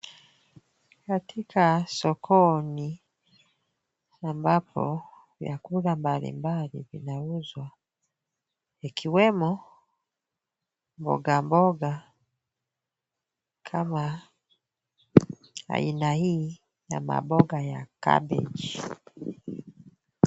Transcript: Katika sokoni ambapo vyakula mbalimbali vinauzwa vikiwemo mboga mboga kama aina hii ya maboga ya cabbage .